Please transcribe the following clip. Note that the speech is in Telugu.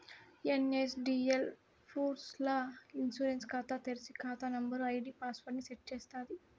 ఎన్.ఎస్.డి.ఎల్ పూర్స్ ల్ల ఇ ఇన్సూరెన్స్ కాతా తెర్సి, కాతా నంబరు, ఐడీ పాస్వర్డ్ ని సెట్ చేస్తాది